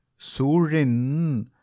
Surin